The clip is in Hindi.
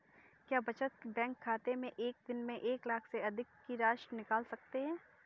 क्या बचत बैंक खाते से एक दिन में एक लाख से अधिक की राशि निकाल सकते हैं?